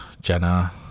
jenna